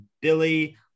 billy